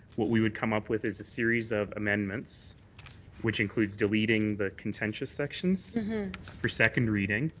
what we would come up with is a series of amendments which includes deleting the contentious section so for second reading.